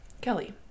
kelly